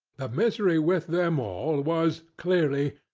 the misery with them all was, clearly,